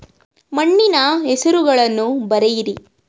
ಮಣ್ಣಿನ ಹೆಸರುಗಳನ್ನು ಬರೆಯಿರಿ